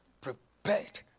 prepared